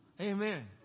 Amen